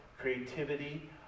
creativity